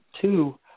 two